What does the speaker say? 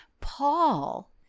Paul